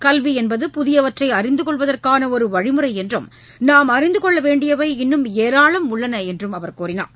கல்வி என்பது புதியவற்றை அறிந்து கொள்வதற்கான ஒரு வழிமுறை என்றும் நாம் அறிந்து கொள்ள வேண்டியவை இன்னும் ஏராளம் உள்ளன என்றும் அவர் கூறினார்